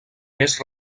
més